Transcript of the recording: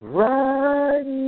right